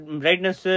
brightness